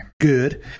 Good